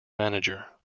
manager